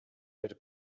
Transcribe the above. per